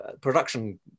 production